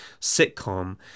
sitcom